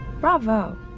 Bravo